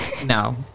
No